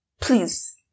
Please